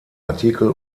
artikel